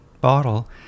bottle